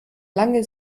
lange